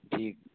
ٹھیک